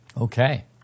Okay